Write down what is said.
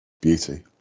beauty